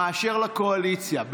מאשר לקואליציה,